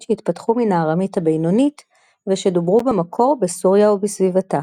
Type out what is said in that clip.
שהתפתחו מן הארמית הבינונית ושדוברו במקור בסוריה ובסביבתה.